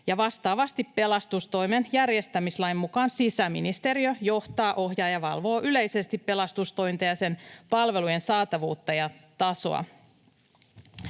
vastaavasti pelastustoimen järjestämislain mukaan sisäministeriö johtaa, ohjaa ja valvoo yleisesti pelastustointa ja sen palvelujen saatavuutta ja tasoa.